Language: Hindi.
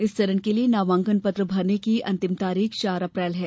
इस चरण के लिए नामांकन पत्र भरने की अंतिम तारीख चार अप्रैल है